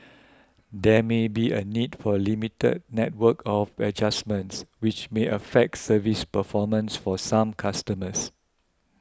there may be a need for limited network of adjustments which may affects service performance for some customers